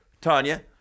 Tanya